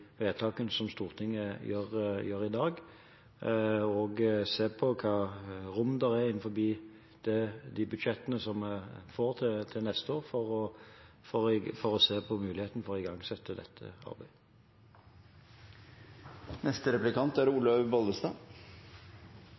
vedtakene som Stortinget gjør i dag, og se på hvilket rom det er innenfor de budsjettene vi får til neste år, for å se på muligheten for å igangsette dette arbeidet. Det er